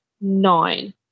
nine